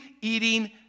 eating